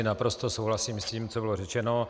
Naprosto souhlasím s tím, co bylo řečeno.